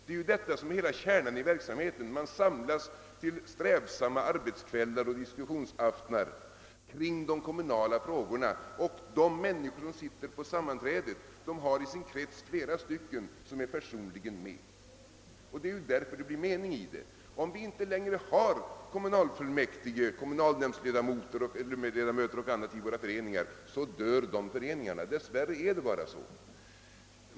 Det är detta som är hela kärnan i verksamheten; folk samlas till strävsamma arbetskvällar och diskussionsaftnar kring de kommunala frågorna, och de människor som deltar i sammanträdena har i sin krets flera andra som är personligen med. Det är därför som det blir mening i det hela. Om vi inte längre har kommunalfullmäktige, kommunalnämndsledamöter och andra med i våra föreningar dör dessa föreningar — dess värre är det så.